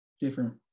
different